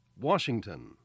Washington